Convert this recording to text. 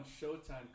Showtime